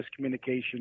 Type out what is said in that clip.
miscommunication